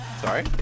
sorry